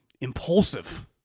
Impulsive